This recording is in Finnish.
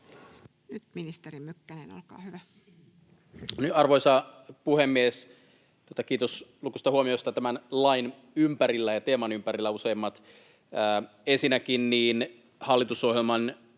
Arvoisa puhemies! Kiitos lukuisista huomiosta tämän lain ja useimmiten teeman ympärillä. Ensinnäkin hallitusohjelmassa